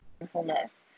mindfulness